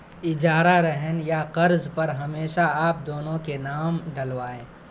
اجارہ رہن یا قرض پر ہمیشہ آپ دونوں کے نام ڈلوائیں